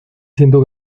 siendo